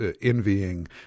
envying